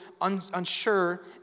unsure